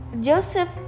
Joseph